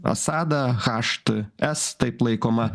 assadą hts taip laikoma